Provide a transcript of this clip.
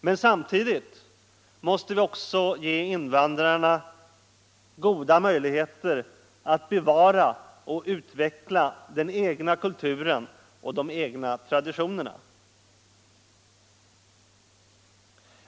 Men samtidigt måste vi också ge dem goda möjligheter att bevara och utveckla den egna kulturen och de egna traditionerna.